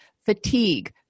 Fatigue